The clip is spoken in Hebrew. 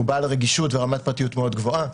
הוא בעל רגישות ורמת פרטיות מאוד גבוהה.